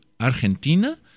Argentina